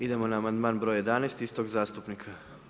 Idemo na amandman broj 11 istog zastupnika.